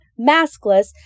maskless